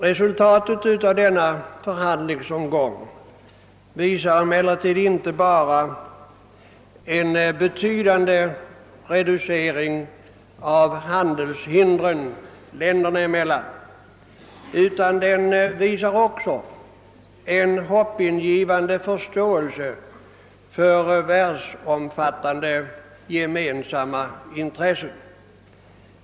Den senaste förhandlingsomgången har resulterat inte bara i en betydande reducering av handelshindren länderna emellan utan också i en hoppingivande förståelse för världsomfattande gemensamma intressen.